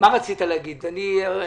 בבקשה.